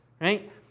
right